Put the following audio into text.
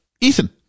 Ethan